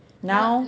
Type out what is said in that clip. now